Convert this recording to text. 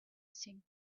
thing